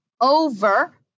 over